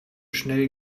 schnell